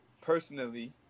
personally